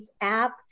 app